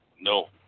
No